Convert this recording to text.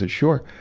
ah sure.